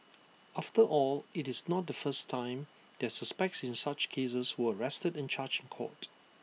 after all it's not the first time that suspects in such cases were arrested and charged in court